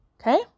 Okay